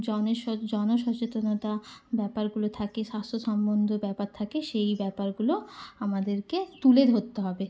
জনে স জন সচেতনতা ব্যাপারগুলো থাকে স্বাস্থ্য সম্বন্ধ ব্যাপার থাকে সেই ব্যাপারগুলো আমাদেরকে তুলে ধরতে হবে